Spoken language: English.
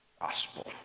gospel